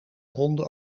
ronde